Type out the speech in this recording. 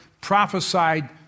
prophesied